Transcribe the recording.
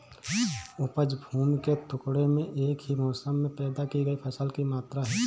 उपज भूमि के टुकड़े में एक ही मौसम में पैदा की गई फसल की मात्रा है